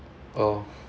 oh